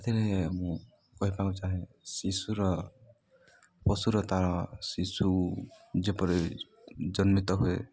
ସେଥିରେ ମୁଁ କହିବାକୁ ଚାହେଁ ଶିଶୁର ପଶୁର ତା'ର ଶିଶୁ ଯେପରି ଜନ୍ମିତ ହୁଏ